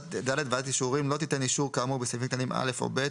(ד)ועדת אישורים לא תיתן אישור כאמור בסעיפים קטנים (א) או (ב),